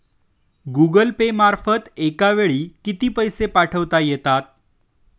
Google Pay मार्फत एका वेळी किती पैसे पाठवता येतात?